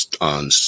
on